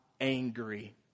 angry